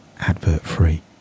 advert-free